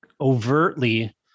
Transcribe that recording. overtly